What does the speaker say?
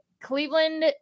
Cleveland